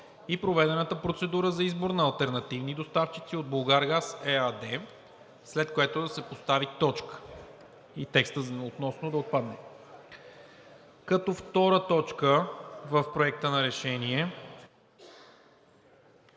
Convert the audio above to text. и проведената процедура за избор на алтернативни доставчици от „Булгаргаз“ ЕАД“, след което да се постави точка и текстът „относно“ да отпадне. Точка втора в Проекта на решение